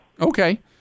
Okay